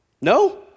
No